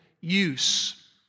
use